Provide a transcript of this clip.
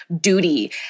duty